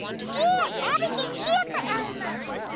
yeah abby can cheer for elmo.